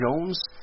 Jones